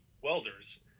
welders